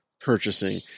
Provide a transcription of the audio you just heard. purchasing